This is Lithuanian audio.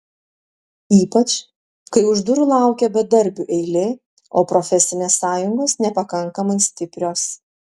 ypač kai už durų laukia bedarbių eilė o profesinės sąjungos nepakankamai stiprios